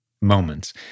moments